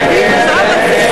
מי נמנע?